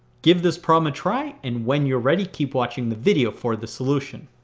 give this problem a try. and when you're ready, keep watching the video for the solution.